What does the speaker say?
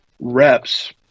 reps